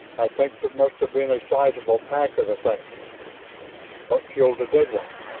i think there must have been a sizable pack of the things. what killed the dead one?